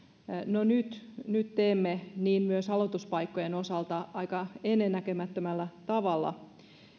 no nyt nyt teemme niin myös aloituspaikkojen osalta aika ennennäkemättömällä tavalla